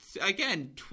again